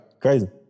Crazy